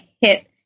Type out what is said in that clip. hit